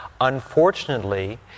unfortunately